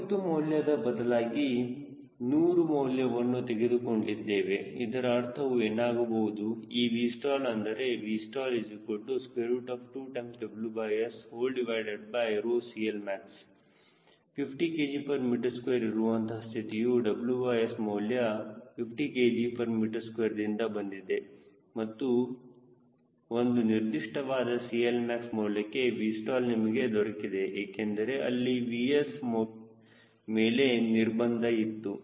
50ಮೌಲ್ಯದ ಬದಲಾಗಿ 100 ಮೌಲ್ಯವನ್ನು ತೆಗೆದುಕೊಂಡಿದ್ದೇವೆ ಇದರ ಅರ್ಥವು ಏನಾಗಬಹುದು ಈ Vstall ಅಂದರೆ Vstall2WSCLmax 50 kgm2 ಇರುವಂತಹ ಸ್ಥಿತಿಯು WS ಮೌಲ್ಯ 50 kgm2ದಿಂದ ಬಂದಿದೆ ಮತ್ತು ಒಂದು ನಿರ್ದಿಷ್ಟವಾದ CLmax ಮೌಲ್ಯಕ್ಕೆ Vstall ನಿಮಗೆ ದೊರಕಿದೆ ಏಕೆಂದರೆ ಅಲ್ಲಿ Vs ಮೇಲೆ ನಿರ್ಬಂಧ ಇತ್ತು